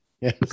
yes